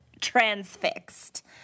transfixed